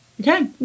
Okay